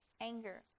anger